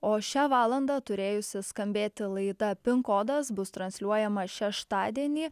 o šią valandą turėjusi skambėti laida pin kodas bus transliuojama šeštadienį